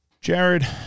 Jared